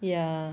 ya